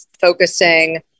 focusing